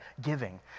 giving